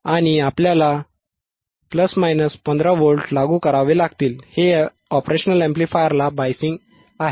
आणि आपल्याला ±15 व्होल्ट लागू करावे लागतील हे ऑपरेशनल अॅम्प्लिफायरला बायसिंग आहे